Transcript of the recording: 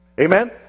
Amen